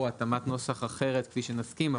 או התאמת נוסח אחרת כפי שנסכים.